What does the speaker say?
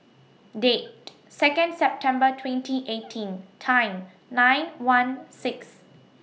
Date Second September twenty eighteen Time nine one six